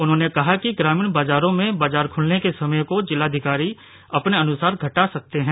उन्होंने कहा कि ग्रामीण बाजारों में भी बाजार खुलने के समय को जिलाअधिकारी अपने अनुसार घटा सकते हैं